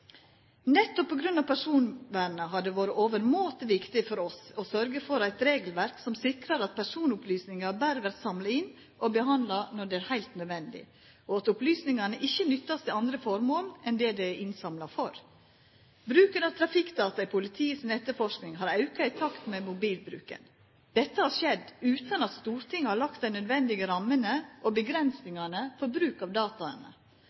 Nettopp på grunn av personvernet har det vore overmåte viktige for oss å sørgja for eit regelverk som sikrar at personopplysningar berre vert samla inn og behandla når det er heilt nødvendig, og at opplysningane ikkje vert nytta til andre formål enn det dei er innsamla for. Bruken av trafikkdata i politiets etterforsking har auka i takt med mobilbruken. Dette har skjedd utan at Stortinget har lagt dei nødvendige rammene og avgrensingane for bruk av